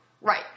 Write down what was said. Right